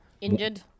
Injured